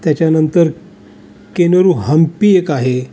त्याच्यानंतर केनेरू हंपी एक आहे